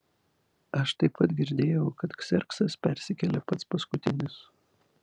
aš taip pat girdėjau kad kserksas persikėlė pats paskutinis